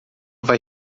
vai